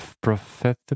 Prophetic